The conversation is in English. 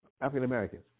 African-Americans